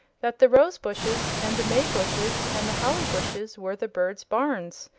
that the rose-bushes, and the may-bushes, and the holly-bushes were the bird's barns,